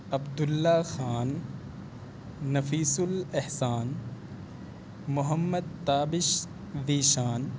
Abdullah Khan Nafees Alahsan Muhammad Tabish Zeeshan